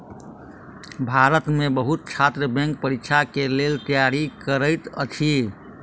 भारत में बहुत छात्र बैंक परीक्षा के लेल तैयारी करैत अछि